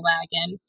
Wagon